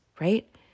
right